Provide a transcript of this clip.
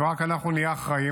ורק אנחנו נהיה אחראים.